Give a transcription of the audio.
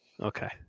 Okay